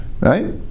right